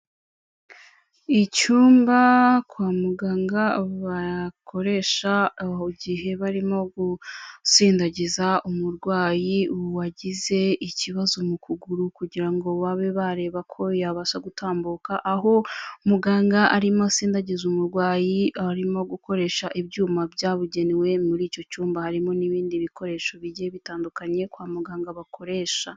Icyumba kwa muganga bakoresha igihe barimo gusindagiza umurwayi wagize ikibazo mu kuguru, kugira ngo babe bareba ko yabasha gutambuka, aho muganga arimo asindagiza umurwayi arimo gukoresha ibyuma byabugenewe, muri icyo cyumba harimo n'ibindi bikoresho bigiye bitandukanye kwa muganga bakoresha.